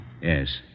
Yes